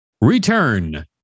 Return